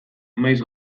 maiz